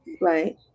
Right